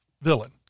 villain